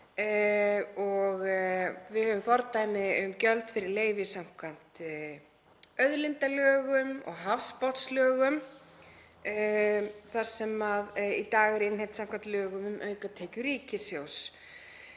Við höfum fordæmi um gjöld fyrir leyfi samkvæmt auðlindalögum og hafsbotnslögum sem í dag eru innheimt samkvæmt lögum um aukatekjur ríkissjóðs.